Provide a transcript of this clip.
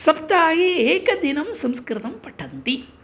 सप्ताहे एकदिनं संस्कृतं पठन्ति